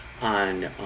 on